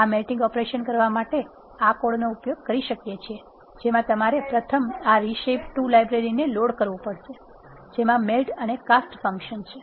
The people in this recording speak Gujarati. આ મેલ્ટીંગ ઓપરેશન કરવા માટે આ કોડનો ઉપયોગ કરી શકીએ છીએ જેમાં તમારે પ્રથમ આ reshape2 લાઇબ્રેરી ને લોડ કરવું પડશે જેમાં મેલ્ટ અને કાસ્ટ ફંક્શન છે